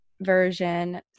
version